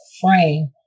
frame